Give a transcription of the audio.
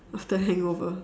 after a hangover